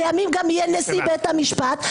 לימים גם יהיה נשיא בית המשפט,